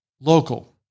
local